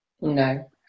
No